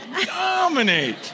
Dominate